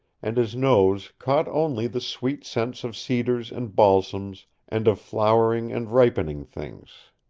and his nose caught only the sweet scents of cedars and balsams and of flowering and ripening things.